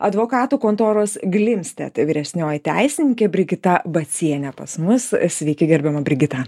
advokatų kontoros glimstedt vyresnioji teisininkė brigita bacienė pas mus sveiki gerbiama brigita